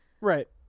Right